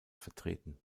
vertreten